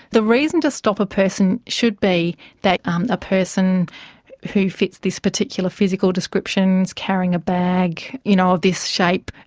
the reason to stop a person should be that um a person who fits this particular physical description, is carrying a bag you know of this shape,